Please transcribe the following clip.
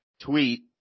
tweet